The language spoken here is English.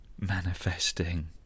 manifesting